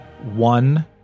one